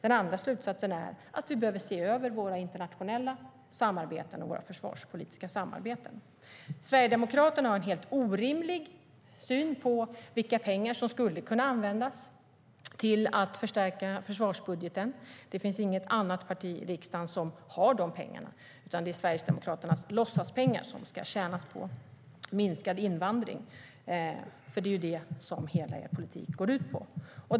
En annan slutsats är att vi behöver se över våra internationella och våra försvarspolitiska samarbeten. Sverigedemokraterna har en helt orimlig syn på vilka pengar som skulle kunna användas till att förstärka försvarsbudgeten. Det finns inget annat parti i riksdagen som har de pengarna. Det är Sverigedemokraternas låtsaspengar som ska tjänas in på minskad invandring, för det är det som hela er politik går ut på, Jeff Ahl.